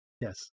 yes